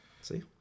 See